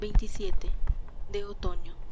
xxvii de otoño